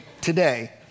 today